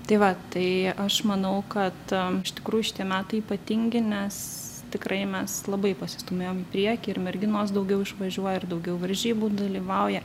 tai va tai aš manau kad iš tikrųjų šitie metai ypatingi nes tikrai mes labai pasistūmėjom į priekį ir merginos daugiau išvažiuoja ir daugiau varžybų dalyvauja